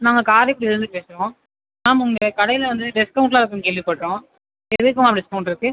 நாங்கள் காரைக்குடிலேருந்து பேசுகிறோம் மேம் உங்கள் கடையில் வந்து டிஸ்கௌண்ட்லாம் இருக்குதுன்னு கேள்விப்பட்டோம் எதுக்கு மேம் டிஸ்கௌண்ட் இருக்குது